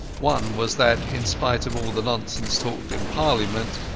one was that, in spite of all the nonsense talked in parliament,